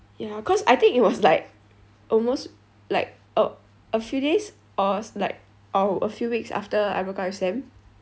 ya cause I think it was like almost like a a few days I was like or a few weeks after I broke up with sam